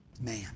Man